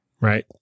right